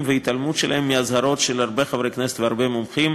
והתעלמות שלהם מאזהרות של הרבה חברי כנסת והרבה מומחים.